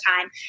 time